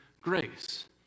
grace